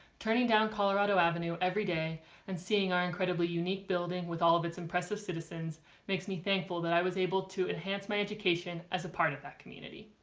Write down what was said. turning down colorado avenue every day and seeing our incredibly unique building with all of its impressive citizens makes me thankful that i was able to enhance my education as a part of that community.